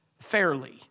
fairly